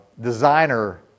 Designer